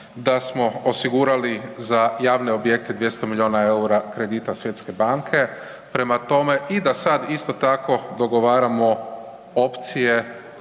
da smo osigurali za javne objekte 200 milijuna EUR-a kredita Svjetske banke. Prema tome, i da sad isto tako dogovaramo opcije